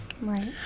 Right